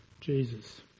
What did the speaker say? Jesus